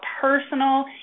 personal